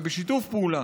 ובשיתוף פעולה,